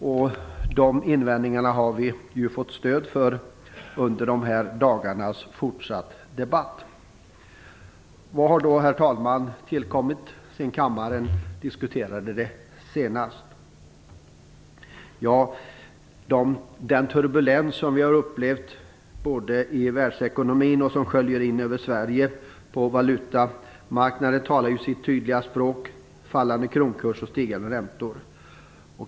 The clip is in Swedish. Dessa invändningar har vi fått stöd för under den fortsatta debatten under de här dagarna. Herr talman! Vad har då tillkommit sedan kammaren diskuterade detta senast? Den turbulens som vi har upplevt i världsekonomin och som sköljer in över Sverige på valutamarknaden talar ju sitt tydliga språk - fallande kronkurs och stigande räntor.